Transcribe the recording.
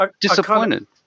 disappointed